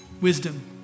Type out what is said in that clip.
Wisdom